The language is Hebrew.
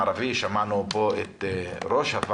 בוודאי שגם עם השלטון המקומי הערבי שמענו פה את ראש הוועד,